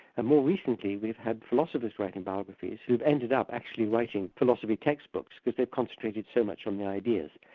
and more recently, we've had philosophers writing biographies who've ended up actually writing philosophy textbooks because they've concentrated so much on the ideas.